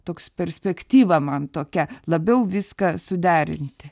toks perspektyva man tokia labiau viską suderinti